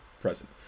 present